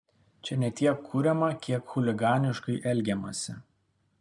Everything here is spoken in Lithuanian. čia ne tiek kuriama kiek chuliganiškai elgiamasi